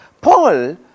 Paul